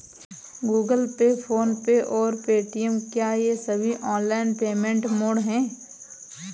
Google Pay PhonePe और Paytm क्या ये सभी ऑनलाइन पेमेंट मोड ऐप हैं?